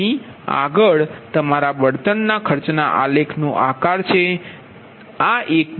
તેથી આગળ છે તમારા બળતણના ખર્ચના આલેખ નો આકાર તેથી આ એક